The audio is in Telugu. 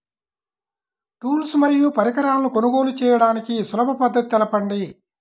టూల్స్ మరియు పరికరాలను కొనుగోలు చేయడానికి సులభ పద్దతి తెలపండి?